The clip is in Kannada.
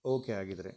ಓಕೆ ಹಾಗಿದ್ರೆ